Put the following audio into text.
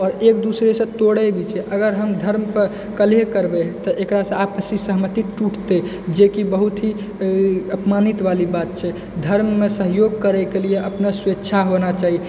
आओर एक दूसरेसँ तोड़य भी छै अगर हम धर्मपर कलह करबय तऽ एकरासँ आपसी सहमति टूटतइ जे कि बहुत ही अपमानित वाली बात छै धर्ममे सहयोग करयके लिये अपना स्वेच्छा होना चाही